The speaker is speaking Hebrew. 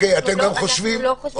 אנחנו לא חושבים שנכון לשלב אותו בחקיקה.